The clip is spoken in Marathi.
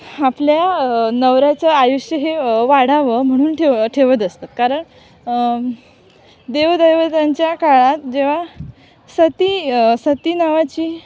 आपल्या नवऱ्याचं आयुष्य हे वाढावं म्हणून ठेव ठेवत असतात कारण देवदैवतांच्या काळात जेव्हा सती सती नावाची